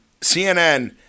cnn